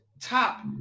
top